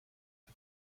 but